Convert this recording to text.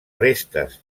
restes